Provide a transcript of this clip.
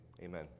Amen